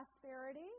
prosperity